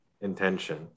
intention